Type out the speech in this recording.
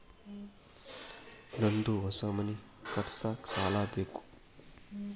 ನಂದು ಹೊಸ ಮನಿ ಕಟ್ಸಾಕ್ ಸಾಲ ಬೇಕು